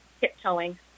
tiptoeing